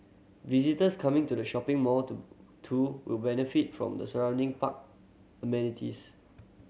visitors coming to the shopping mall to too will benefit from the surrounding park amenities